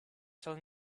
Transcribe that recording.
tell